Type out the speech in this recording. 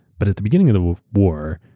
but at the beginning of the war,